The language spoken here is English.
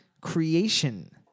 creation